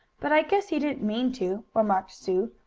but i guess he didn't mean to, remarked sue,